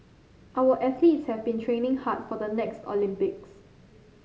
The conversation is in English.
our athletes have been training hard for the next Olympics